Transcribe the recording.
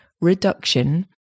Reduction